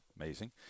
Amazing